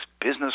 business